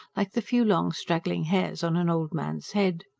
like the few long straggling hairs on an old man's head.